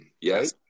Yes